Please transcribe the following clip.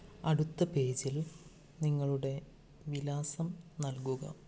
അടുത്ത പേജിൽ നിങ്ങളുടെ വിലാസം നൽകുക